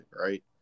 right